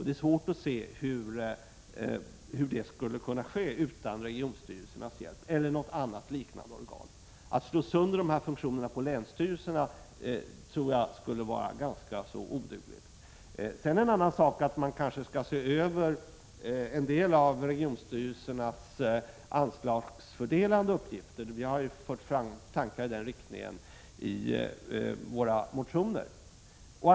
Det är svårt att se hur det skulle kunna ske utan regionstyrelsernas hjälp eller med hjälp av något annat liknande organ. Att slå sönder dessa funktioner och föra över en del på länsstyrelserna tror jag skulle vara en i det närmaste oduglig lösning. En annan sak är att man kanske skall se över en del av regionstyrelsernas anslagsfördelande uppgifter. Vi har fört fram tankar i den riktningen i våra motioner.